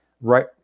right